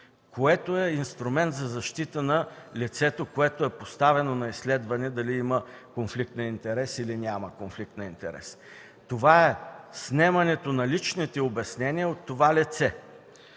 което е инструмент за защита на лицето, поставено на изследване – дали има конфликт на интереси, или няма конфликт на интереси – снемането на личните обяснения от това лице.